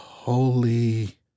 holy